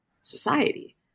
society